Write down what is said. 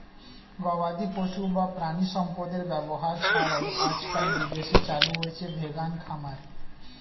গবাদিপশু বা প্রাণিসম্পদের ব্যবহার ছাড়াই আজকাল বিদেশে চালু হয়েছে ভেগান খামার